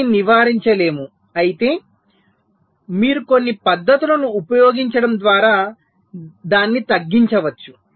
దీనిని నివారించలేము అయితే మీరు కొన్ని పద్ధతులను ఉపయోగించడం ద్వారా దాన్ని తగ్గించవచ్చు